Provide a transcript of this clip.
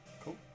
Cool